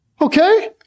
Okay